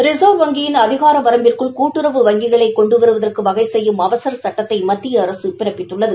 reserve வஙகியின் அதிகார வரம்பிற்குள் கூட்டுறவு வங்கிகளை கொண்டு வருவதற்கு வகை செய்யும் அவசர சட்டத்தை மத்திய அரசு பிறப்பித்துள்ளது